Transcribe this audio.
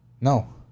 No